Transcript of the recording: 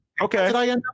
Okay